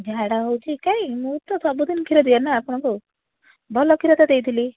ଝାଡ଼ା ହେଉଛି କାହିଁ ମୁଁ ତ ସବୁ ଦିନ କ୍ଷୀର ଦିଏ ନା ଆପଣଙ୍କୁ ଭଲ କ୍ଷୀର ତ ଦେଇଥିଲି